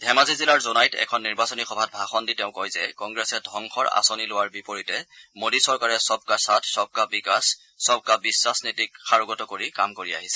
ধেমাজি জিলাৰ জোনাইত এখন নিৰ্বাচনী সভাত ভাষণ দি তেওঁ কয় যে কংগ্ৰেছে ধবংসৰ আঁচনি লোৱাৰ বিপৰীতে মোদী চৰকাৰে সবকা সাথ সবকা বিকাশ সবকা বিখাস নীতিক সাৰোগত কৰি কাম কৰি আহিছে